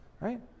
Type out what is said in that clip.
right